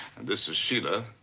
and this is shela.